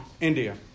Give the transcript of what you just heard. India